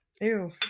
Ew